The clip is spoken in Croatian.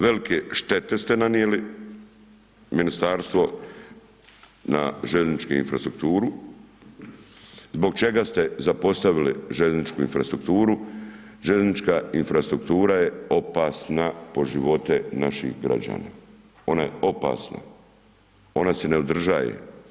Velke štete ste nanijeli, ministarstvo na željezničku infrastrukturu, zbog čega ste zapostavili željezničku infrastrukturu, željeznička infrastruktura je opasna po živote naših građana, ona je opasna, ona se ne održaje.